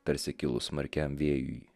tarsi kilus smarkiam vėjui